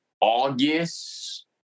August